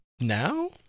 now